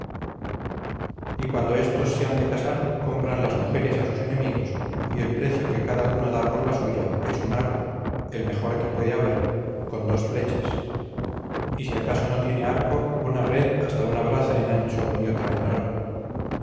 y cuando éstos se han de casar compran las mujeres a sus enemigos y el precio que cada uno da por la suya es un arco el mejor que puede haber con dos flechas y si acaso no tiene arco una red hasta una braza en ancho y otra en largo